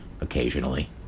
occasionally